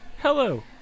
hello